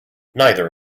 neither